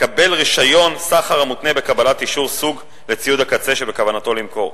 לקבל רשיון סחר המותנה בקבלת אישור סוג לציוד הקצה שבכוונתו למכור.